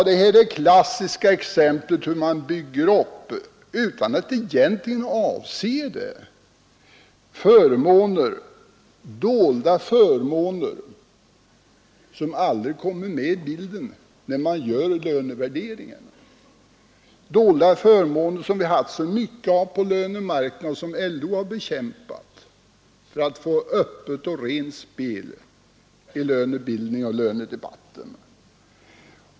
Detta är det klassiska exemplet på hur man bygger upp förmåner, utan att egentligen avse det, dolda förmåner som aldrig kommer med i bilden när man gör lönevärderingar. Vi har haft så mycket av dolda förmåner på lönemarknaden, som LO har bekämpat för att få öppet och rent spel i lönepolitiken.